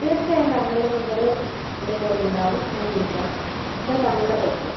തീർച്ചയായും താങ്കളുടെ നമ്പറ് എൻ്റെ കയ്യിലുണ്ടാവും ഞാൻ വിളിക്കാം ഇതാണ് താങ്കളുടെ പൈസ